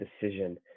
decision